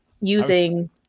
using